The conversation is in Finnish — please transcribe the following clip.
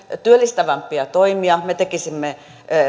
työllistävämpiä toimia me tekisimme